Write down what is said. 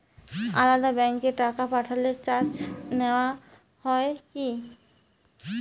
আলাদা ব্যাংকে টাকা পাঠালে চার্জ নেওয়া হয় কি?